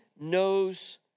knows